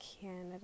Canada